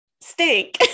stink